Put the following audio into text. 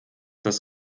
das